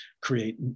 create